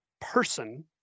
person